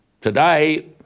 Today